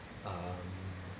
um